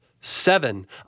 Seven